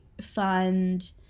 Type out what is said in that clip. fund